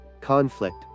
conflict